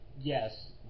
yes